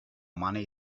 money